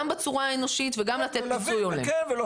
גם בצורה האנושית וגם לתת פיצוי הולם.